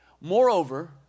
Moreover